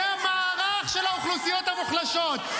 --- זה המערך של האוכלוסיות המוחלשות.